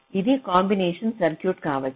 ఇది combination circuit కావచ్చు